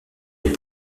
les